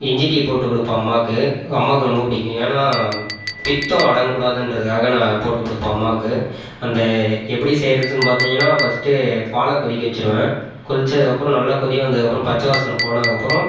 இஞ்சி டீ போட்டு கொடுப்பேன் அம்மாக்கு எங்கள் அம்மாக்கு ரொம்ப பிடிக்கும் ஏன்னால் பித்தம் அடங்ககூடாதுன்றதுக்காக போட்டு கொடுப்பேன் அம்மாவுக்கு அந்த எப்படி செய்கிறதுன்னு பார்த்தீங்கன்னா ஃபர்ஸ்ட் பாலை கொதிக்க வச்சுருவேன் கொதிச்சதுக்கு அப்புறம் நல்லா கொதி வந்ததுக்கு அப்புறம் பச்சை வாசனை போனதுக்கு அப்புறம்